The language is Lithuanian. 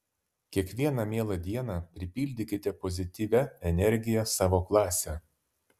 kiekvieną mielą dieną pripildykite pozityvia energija savo klasę